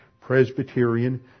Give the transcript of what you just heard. Presbyterian